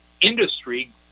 industry